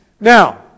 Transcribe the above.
Now